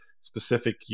specific